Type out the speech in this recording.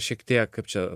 šiek tiek kaip čia